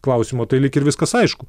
klausimo tai lyg ir viskas aišku